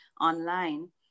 online